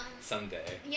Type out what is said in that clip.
Someday